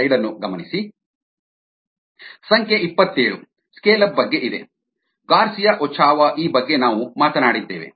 ಸಂಖ್ಯೆ ಇಪ್ಪತ್ತೇಳು scale up ಬಗ್ಗೆ ಇದೆ ಗಾರ್ಸಿಯಾ ಓಚೋವಾ ಈ ಬಗ್ಗೆ ನಾವು ಮಾತನಾಡಿದ್ದೇವೆ